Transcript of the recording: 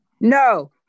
No